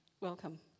welcome